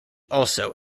also